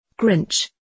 Grinch